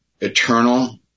eternal